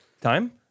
Time